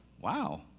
wow